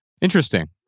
Interesting